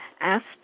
asked